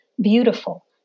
beautiful